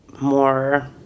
more